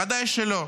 ודאי שלא.